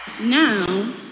Now